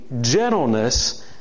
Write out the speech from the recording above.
gentleness